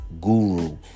guru